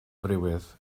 friwydd